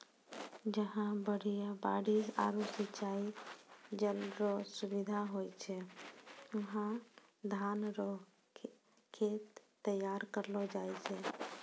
जहां बढ़िया बारिश आरू सिंचाई जल रो सुविधा होय छै वहां धान रो खेत तैयार करलो जाय छै